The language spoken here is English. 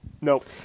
Nope